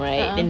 a'ah